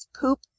Poop